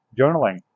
journaling